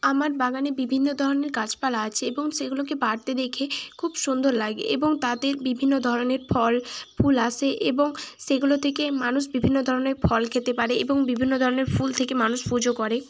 আমার বাগানে বিভিন্ন ধরনের গাছপালা আছে এবং সেগুলোকে বাড়তে দেখে খুব সুন্দর লাগে এবং তাদের বিভিন্ন ধরনের ফল ফুল আসে এবং সেগুলো থেকে মানুষ বিভিন্ন ধরনের ফল খেতে পারে এবং বিভিন্ন ধরনের ফুল থেকে মানুষ পুজো করে